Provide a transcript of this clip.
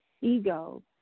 Ego